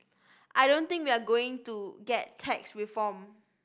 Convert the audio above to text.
I don't think we're going to get tax reform